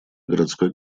городской